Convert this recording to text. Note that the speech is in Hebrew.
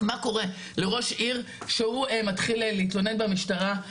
מה קורה לראש עיר כשהוא מתחיל להתלונן במשטרה,